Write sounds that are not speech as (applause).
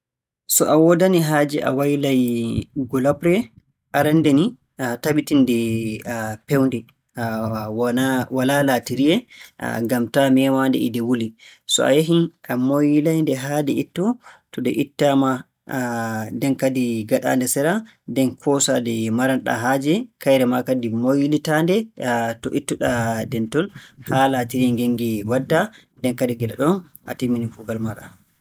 So a woodani haaje a waylay gulafre, arannde ni, tabitin nde feewnde, walaa laatiriye. Ngam taa meemaande e nde wuli. So a yahii a moylay-nde haa nde ittoo, to nde ittaama (hesitation) nden kadi gaɗaande sera. Nden kadi koosaa nde maran-ɗaa haaje kayre maa kadi moylitaande to ittu-ɗaa ndenton, haa laatiriye ngen nge wadda. Nden kadi gila ɗon a timminii kuugal maaɗa.